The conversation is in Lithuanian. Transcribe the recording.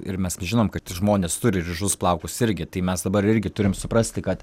ir mes žinom kad žmonės turi ryžus plaukus irgi tai mes dabar irgi turim suprasti kad